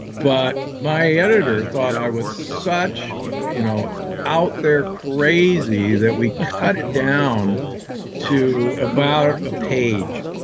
but my editor thought i was such you know out there crazy that we cut it down to about a page.